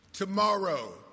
Tomorrow